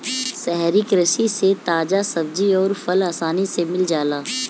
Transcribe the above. शहरी कृषि से ताजा सब्जी अउर फल आसानी से मिल जाला